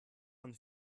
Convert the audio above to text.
von